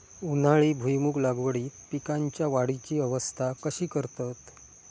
उन्हाळी भुईमूग लागवडीत पीकांच्या वाढीची अवस्था कशी करतत?